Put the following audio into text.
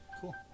Cool